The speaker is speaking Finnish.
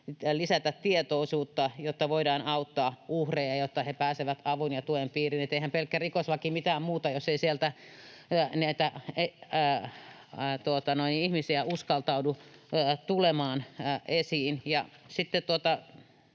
lisätä tietoisuutta, jotta voidaan auttaa uhreja, jotta he pääsevät avun ja tuen piiriin. Eihän pelkkä rikoslaki mitään muuta, jos ei sieltä niitä ihmisiä uskaltaudu tulemaan esiin.